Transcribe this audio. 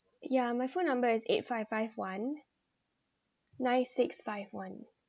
yeah my phone number is eight five five one nine six five one